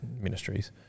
ministries